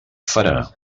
farà